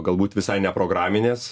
galbūt visai ne programinės